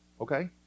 okay